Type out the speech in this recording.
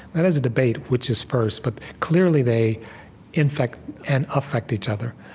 that is a debate which is first. but clearly, they infect and affect each other.